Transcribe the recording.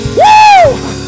woo